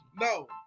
No